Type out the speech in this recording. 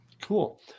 Cool